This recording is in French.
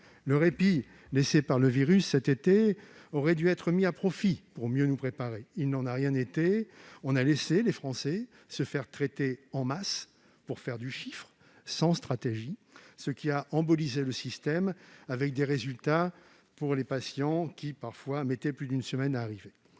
Le répit laissé par le virus, cet été, aurait dû être mis à profit pour mieux nous préparer. Il n'en a rien été. On a laissé les Français se faire tester en masse, pour faire du chiffre, sans stratégie, ce qui a embolisé le système avec des résultats qui mettaient parfois plus d'une semaine à arriver.